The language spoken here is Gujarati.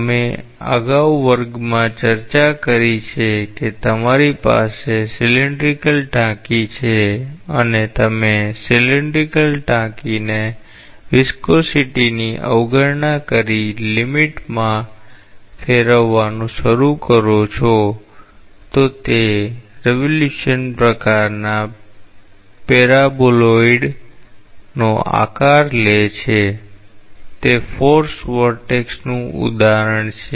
અમે વર્ગમાં અગાઉ ચર્ચા કરી છે કે તમારી પાસે નળાકાર ટાંકી છે અને તમે નળાકાર ટાંકીને સ્નિગ્ધતાની અવગણના કરી લિમિટ માં ફેરવવાનું શરૂ કરો છો તે રેવોલ્યુશન પ્રકારનાં પેરાબોલોઇડનો આકાર લે છે તે ફોર્સ્ડ વોર્ટેક્સનું ઉદાહરણ છે